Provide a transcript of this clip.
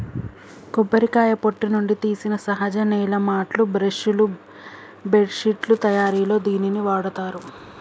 కొబ్బరికాయ పొట్టు నుండి తీసిన సహజ నేల మాట్లు, బ్రష్ లు, బెడ్శిట్లు తయారిలో దీనిని వాడతారు